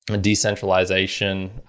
decentralization